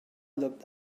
looked